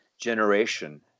generation